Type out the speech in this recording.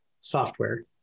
software